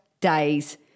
days